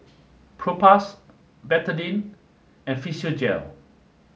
Propass Betadine and Physiogel